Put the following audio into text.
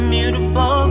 Beautiful